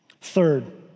Third